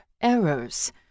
errors